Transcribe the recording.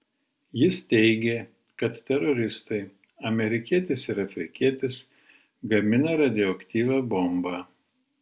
jis teigė kad teroristai amerikietis ir afrikietis gamina radioaktyvią bombą